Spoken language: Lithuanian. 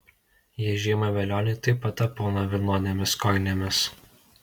jie žiemą velionį taip pat apauna vilnonėmis kojinėmis